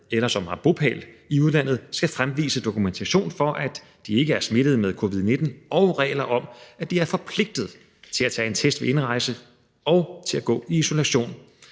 eller som har bopæl i udlandet, skal fremvise dokumentation for, at de ikke er smittet med covid-19, og regler om, at de er forpligtet til at tage en test ved indrejse og til at gå i isolation.